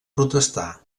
protestar